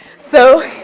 so